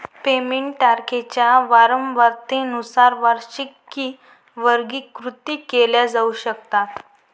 payment तारखांच्या वारंवारतेनुसार वार्षिकी वर्गीकृत केल्या जाऊ शकतात